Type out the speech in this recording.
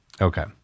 Okay